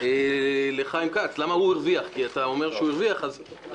זה שוחד, לא